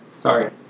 Sorry